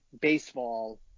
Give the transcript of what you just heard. baseball